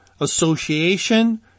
association